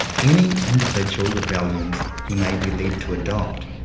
any individual rebellions he may be led to adopt,